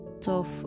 tough